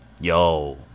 yo